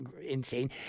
insane